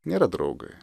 nėra draugai